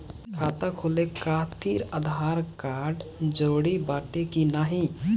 खाता खोले काहतिर आधार कार्ड जरूरी बाटे कि नाहीं?